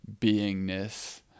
beingness